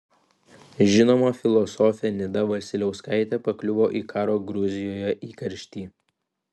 žinoma filosofė nida vasiliauskaitė pakliuvo į karo gruzijoje įkarštį